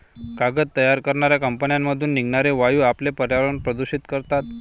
कागद तयार करणाऱ्या कंपन्यांमधून निघणारे वायू आपले पर्यावरण प्रदूषित करतात